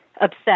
upset